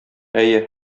әйе